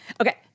Okay